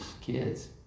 kids